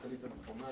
הדרך הכלכלית הנכונה,